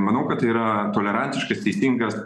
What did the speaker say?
manau kad tai yra tolerantiškas teisingas